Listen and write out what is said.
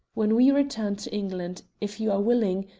when we return to england, if you are willing,